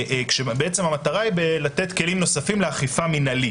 המטרה היא לתת כלים נוספים לאכיפה מינהלית,